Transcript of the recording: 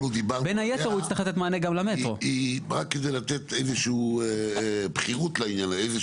בין היתר, הוא יצטרך לתת מענה גם למטרו.